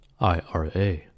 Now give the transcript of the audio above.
IRA